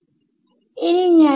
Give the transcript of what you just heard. ഇതാണ് നമ്മൾ പിന്തുടരേണ്ട തന്ത്രം